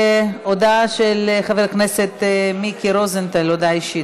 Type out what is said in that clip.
הודעה של חבר הכנסת מיקי רוזנטל, הודעה אישית.